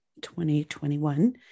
2021